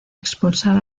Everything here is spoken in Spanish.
expulsar